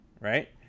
right